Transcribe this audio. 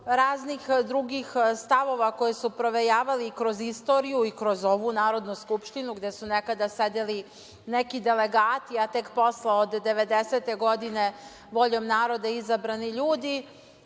raznih drugih stavova koji su provejavali kroz istoriju i kroz ovu Narodnu skupštinu, gde su nekada sedeli neki delegati, a tek posle od devedesete godine voljom naroda izabrani ljudi,